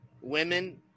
women